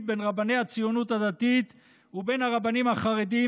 בין רבני הציונות הדתית ובין הרבנים החרדים,